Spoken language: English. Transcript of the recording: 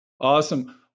Awesome